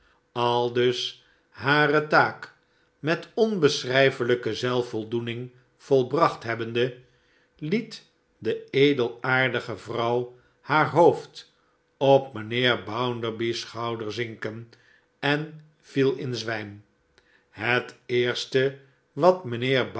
aldus hare taak met onbeschrijfelijke zelfvoldoening volbracht hebbende het de edelaardige vrouw haar hoofd op mijnheer bounderby's schouder zinken en viel in zwijm het eerste wat mijnheer